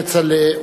כצל'ה,